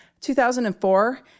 2004